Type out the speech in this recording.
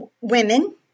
women